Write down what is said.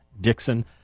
Dixon